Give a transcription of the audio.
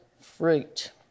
fruit